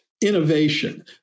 innovation